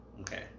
okay